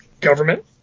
government